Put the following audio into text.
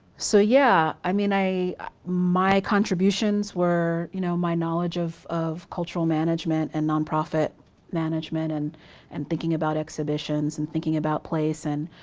so yeah, i mean my contributions were you know my knowledge of of cultural management and nonprofit management and and thinking about exhibitions and thinking about place and